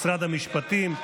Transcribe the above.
משרד המשפטים,